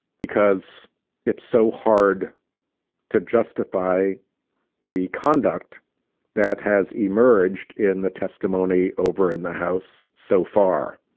because it's so hard to justify the conduct that has emerged in the testimony over in the house so far.